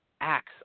acts